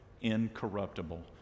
incorruptible